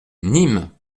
nîmes